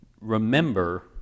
remember